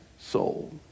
soul